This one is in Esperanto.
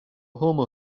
homo